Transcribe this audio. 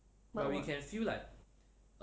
but 什么